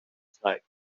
side